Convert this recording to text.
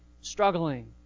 struggling